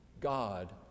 God